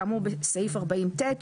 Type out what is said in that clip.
כאמור בסעיף 40(ט),